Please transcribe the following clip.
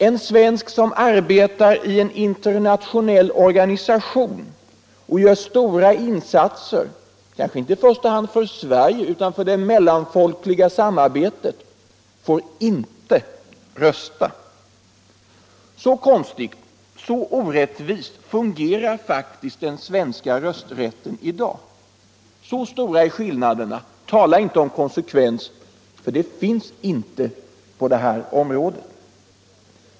En svensk som arbetar i en internationell organisation och gör stora insatser för det mellanfolkliga samarbetet får inte rösta. Så konstigt, så orättvist fungerar faktiskt de nuvarande bestämmelserna om rösträtten. Så stora är skillnaderna! Tala inte om konsekvens, för någon sådan finns inte på detta område!